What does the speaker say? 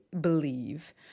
believe